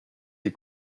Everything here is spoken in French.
des